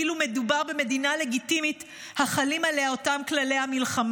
מדובר במדינה לגיטימית שחלים עליה אותם כללי המלחמה?